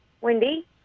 Wendy